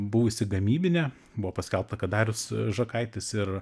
buvusi gamybinė buvo paskelbta kad darius žakaitis ir